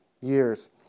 years